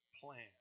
plan